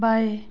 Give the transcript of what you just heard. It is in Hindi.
बाएँ